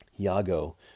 Iago